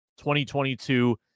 2022